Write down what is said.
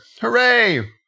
Hooray